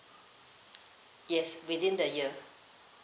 yes within the year